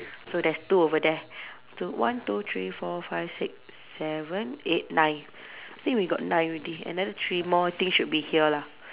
so there's two over there two one two three four five six seven eight nine I think we got nine already another three more think should be here lah